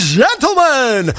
gentlemen